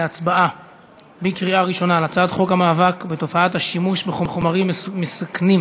להצבעה בקריאה ראשונה על הצעת חוק המאבק בתופעת השימוש בחומרים מסכנים